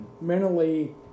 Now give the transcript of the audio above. mentally